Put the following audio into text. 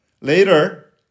Later